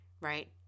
right